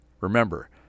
Remember